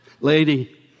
lady